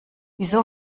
wieso